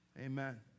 amen